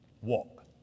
Walk